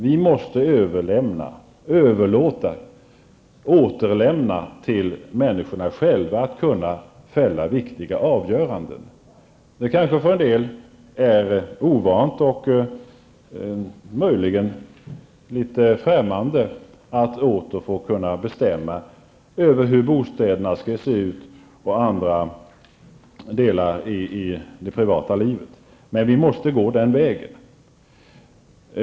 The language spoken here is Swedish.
Vi måste återlämna till människorna möjligheterna att själva fälla viktiga avgöranden. Det är kanske för en del ovant och möjligen litet främmande att åter få bestämma över hur bostäderna skall se ut och över andra delar i det privata livet, men vi måste gå den vägen.